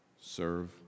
serve